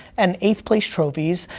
and eighth place trophies,